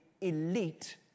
elite